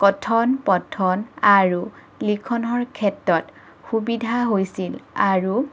কথন পথন আৰু লিখনৰ ক্ষেত্ৰত সুবিধা হৈছিল আৰু